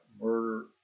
murder